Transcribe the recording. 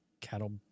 cattle